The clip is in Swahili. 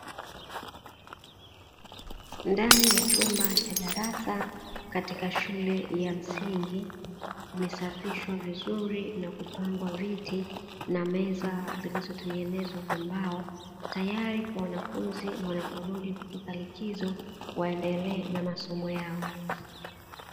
Ndani ya chumba cha darasa katika shule ya msingi, limeshafishwa vizuri na kupangwa viti, na meza zilizotengenezwa kwa mbao, tayari kwa wanafunzi wanaporudi kutoka likizo waendelee na masomo yao.